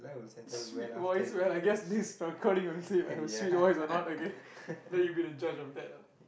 sweet voice well I guess this recording will say I have a sweet voice or not okay let you be the judge of that ah